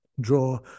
draw